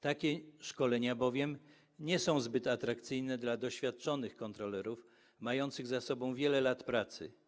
Takie szkolenia bowiem nie są zbyt atrakcyjne dla doświadczonych kontrolerów, mających za sobą wiele lat pracy.